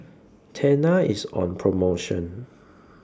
Tena IS on promotion